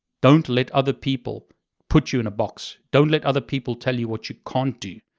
don't let other people put you in a box. don't let other people tell you what you can't do.